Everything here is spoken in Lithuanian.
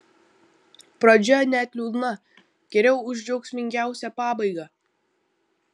pradžia net liūdna geriau už džiaugsmingiausią pabaigą